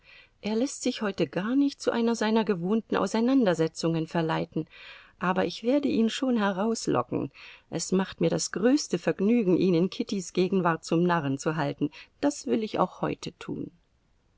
er läßt sich heute gar nicht zu einer seiner gewohnten auseinandersetzungen verleiten aber ich werde ihn schon herauslocken es macht mir das größte vergnügen ihn in kittys gegenwart zum narren zu halten das will ich auch heute tun